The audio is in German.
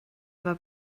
war